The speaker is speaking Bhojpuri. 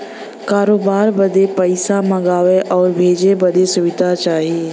करोबार बदे पइसा मंगावे आउर भेजे बदे सुविधा चाही